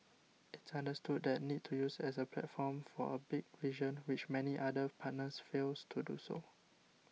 it's understood the need to use as a platform for a big vision which many other partners fails to do